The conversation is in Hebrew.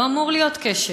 לא אמור להיות קשר,